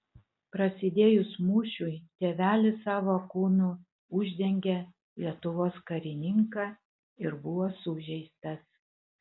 prasidėjus mūšiui tėvelis savo kūnu uždengė lietuvos karininką ir buvo sužeistas